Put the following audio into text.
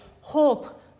hope